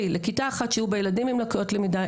לכיתה אחת שהיו בה ילדים עם לקויות למידה,